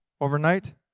overnight